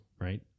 right